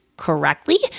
correctly